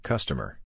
Customer